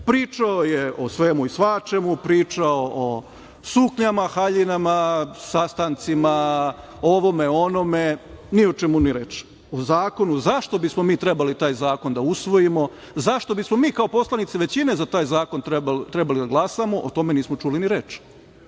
reč. Pričao je o svemu i svačemu. Pričao u suknjama, haljinama, sastancima, ovome, onome. Ni o čemu ni reč. O zakonu – zašto bismo mi trebali taj zakon da usvojimo, zašto bismo mi kao poslanici većine za taj zakon trebali da glasamo. O tome nismo čuli ni reč.